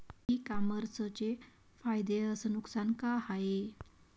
इ कामर्सचे फायदे अस नुकसान का हाये